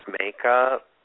makeup